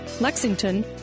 Lexington